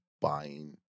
buying